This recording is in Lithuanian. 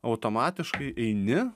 automatiškai eini